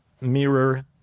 mirror